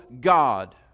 God